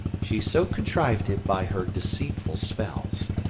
she so contrived it by her deceitful spells,